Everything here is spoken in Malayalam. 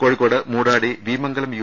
കോഴിക്കോട് മൂടാടി വീമംഗലം യു